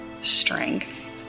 strength